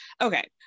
okay